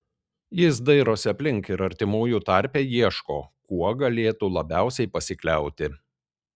jis dairosi aplink ir artimųjų tarpe ieško kuo galėtų labiausiai pasikliauti